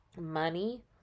money